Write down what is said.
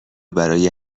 برای